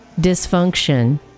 dysfunction